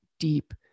deep